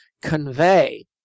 convey